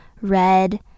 red